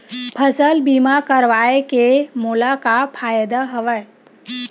फसल बीमा करवाय के मोला का फ़ायदा हवय?